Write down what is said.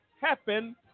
happen